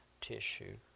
tissue